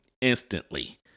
Instantly